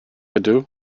ydw